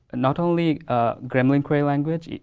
not only ah gremlin query language, yeah